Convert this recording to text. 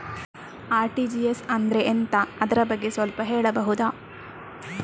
RTGS ಅಂದ್ರೆ ಎಂತ ಅದರ ಬಗ್ಗೆ ಸ್ವಲ್ಪ ಹೇಳಬಹುದ?